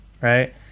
right